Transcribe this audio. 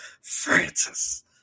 Francis